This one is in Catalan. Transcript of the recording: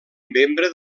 membre